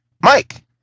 Mike